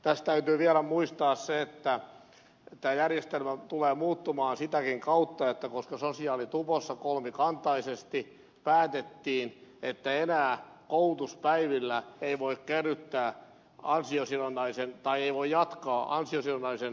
tässä täytyy vielä muistaa että tämä järjestelmä tulee muuttumaan koska sosiaalitupossa kolmikantaisesti päätettiin ettei enää koulutuspäivillä voi kerryttää tai jatkaa ansiosidonnaisen päivärahan kestoa